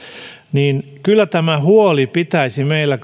kyllä tämän huolen pitäisi meillä